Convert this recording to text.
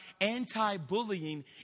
anti-bullying